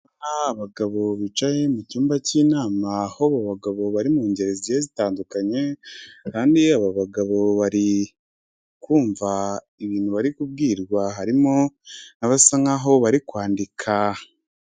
Abagabo bicaye mu cyumba cy'inama aho abo bagabo bari mu ngeri ziri zitandukanye, kandi aba bagabo bari kumva ibintu bari kubwirwa, harimo abasa nkaho bari kwandika.